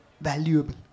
valuable